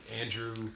Andrew